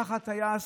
ככה טייס,